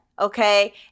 Okay